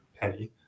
Penny